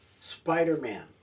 Spider-Man